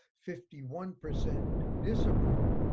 fifty one percent disapprove.